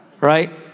Right